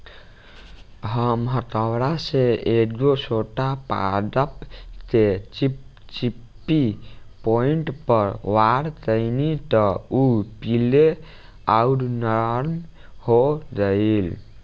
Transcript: हम हथौड़ा से एगो छोट पादप के चिपचिपी पॉइंट पर वार कैनी त उ पीले आउर नम हो गईल